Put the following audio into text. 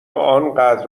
انقدر